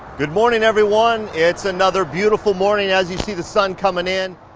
good morning, everyone. it's another beautiful morning. as you see, the sun coming in.